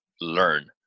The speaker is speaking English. learn